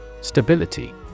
Stability